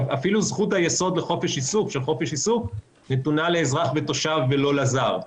אפילו זכות היסוד של חופש עיסוק נתונה לאזרח ותושב ולא לזר.